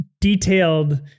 detailed